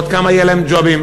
עוד כמה יהיו להם ג'ובים,